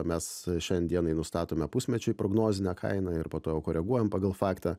mes šiandien dienai nustatome pusmečiui prognozinę kainą ir po to jau koreguojam pagal faktą